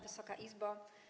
Wysoka Izbo!